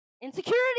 Insecurity